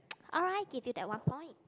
alright give you that one point